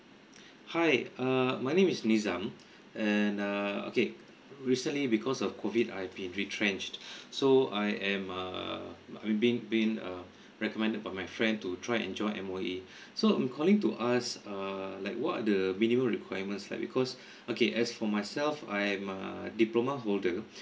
hi uh my name is nizam and uh okay recently because of COVID I've been retrenched so I am err me been been uh recommended by my friend to try and join M_O_E so I'm calling to ask err like what are the minimum requirements like because okay as for myself I am a diploma holder